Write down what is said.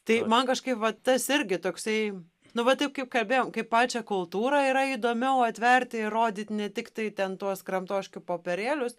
tai man kažkaip va tas irgi toksai nu va taip kaip kalbėjom kaip pačią kultūrą yra įdomiau atverti ir rodyt ne tik tai ten tuos kramtoškių popierėlius